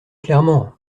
clairement